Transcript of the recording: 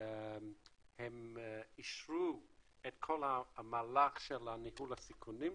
הם אישרו את כל המהלך של ניהול הסיכונים,